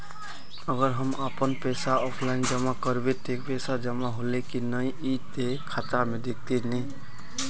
अगर हम अपन पैसा ऑफलाइन जमा करबे ते पैसा जमा होले की नय इ ते खाता में दिखते ने?